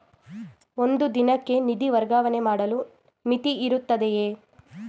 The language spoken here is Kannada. ಒಂದು ದಿನಕ್ಕೆ ನಿಧಿ ವರ್ಗಾವಣೆ ಮಾಡಲು ಮಿತಿಯಿರುತ್ತದೆಯೇ?